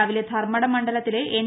രാവിലെ ധർമ്മടം മണ്ഡലത്തിലെ എൻ